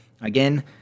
again